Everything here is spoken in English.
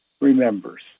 remembers